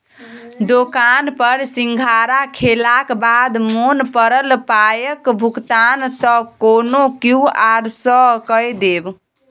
दोकान पर सिंघाड़ा खेलाक बाद मोन पड़ल पायक भुगतान त कोनो क्यु.आर सँ कए देब